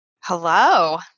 Hello